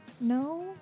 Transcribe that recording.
No